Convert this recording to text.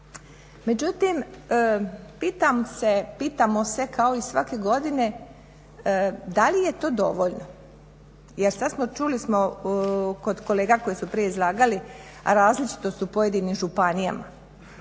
Međutim, pitamo se kao i svake godine da li je to dovoljno? Jer čuli smo kod kolega koji su prije izlagali, a različito su u pojedinim županijama.